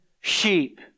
sheep